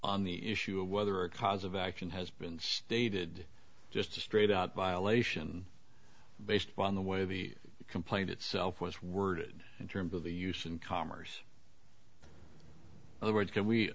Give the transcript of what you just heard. on the issue of whether a cause of action has been stated just a straight out violation based upon the way the complaint itself was worded in terms of the use in commerce other words can we